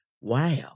Wow